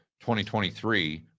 2023